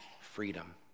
freedom